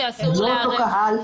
זה לא אותו קהל,